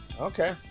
Okay